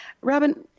Robin